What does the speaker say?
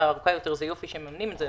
ארוכה יותר יופי שהם מממנים את זה,